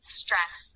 stress